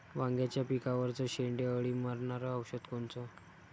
वांग्याच्या पिकावरचं शेंडे अळी मारनारं औषध कोनचं?